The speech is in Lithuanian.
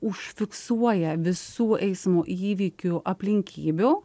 užfiksuoja visų eismo įvykių aplinkybių